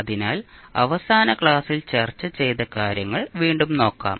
അതിനാൽ അവസാന ക്ലാസ്സിൽ ചർച്ച ചെയ്ത കാര്യങ്ങൾ വീണ്ടും നോക്കാം